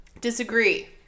Disagree